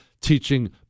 teaching